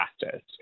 fastest